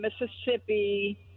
Mississippi